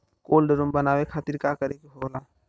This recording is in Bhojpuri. कोल्ड रुम बनावे खातिर का करे के होला?